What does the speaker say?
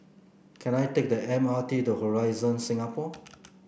can I take the M R T to Horizon Singapore